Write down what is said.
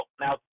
Now